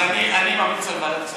אז אני ממליץ על ועדת הכספים.